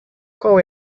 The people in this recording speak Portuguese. qual